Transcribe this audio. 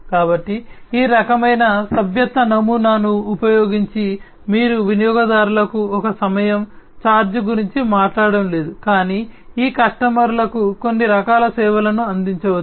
కాబట్టి ఈ రకమైన సభ్యత్వ నమూనాను ఉపయోగించి మీరు వినియోగదారులకు ఒక సమయం ఛార్జ్ గురించి మాట్లాడటం లేదు కానీ ఈ కస్టమర్లకు కొన్ని రకాల సేవలను అందించవచ్చు